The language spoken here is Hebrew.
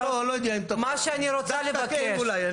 לא, לא יודע, דווקא כן אולי.